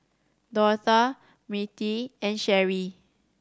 Dortha Mirtie and Sherrie